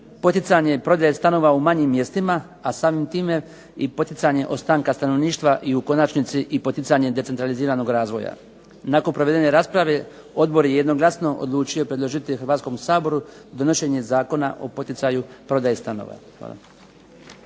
poticanje i prodaju stanova u manjim mjestima, a samim time i poticanje ostanka stanovništva i u konačnici i poticanje decentraliziranog razvoja. Nakon provedene rasprave odbor je jednoglasno odlučio predložiti Hrvatskom saboru donošenje Zakona o poticaju prodaje stanova.